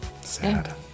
sad